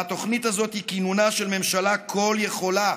והתוכנית הזו היא כינונה של ממשלה כל-יכולה,